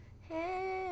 Hey